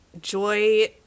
Joy